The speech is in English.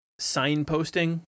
signposting